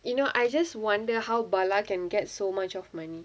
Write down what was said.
you know I just wonder how bala can get so much of money